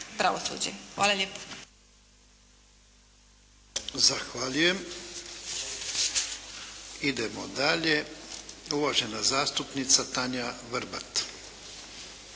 **Jarnjak, Ivan (HDZ)** Zahvaljujem. Idemo dalje. Uvažena zastupnica Tanja Vrbat.